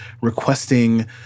requesting